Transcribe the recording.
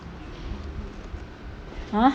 ah